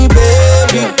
baby